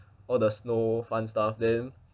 all the snow fun stuff then